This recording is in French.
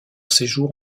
séjour